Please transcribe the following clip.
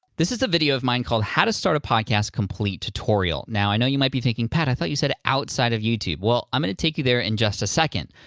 this is a video of mine called how to start a podcast complete tutorial. now, i know you might be thinking, pat, i thought you said outside of youtube. well, i'm gonna take you there in just a second.